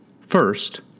First